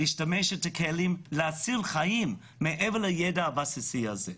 להשתמש בכלים להציל חיים מעבר לידע הבסיסי הזה.